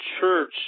church